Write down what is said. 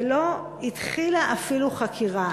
ולא התחילה אפילו חקירה.